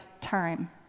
time